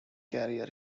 career